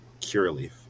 Cureleaf